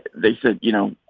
they said, you know,